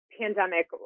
Pandemic